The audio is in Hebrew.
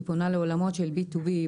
היא פונה לעולמות של B2B,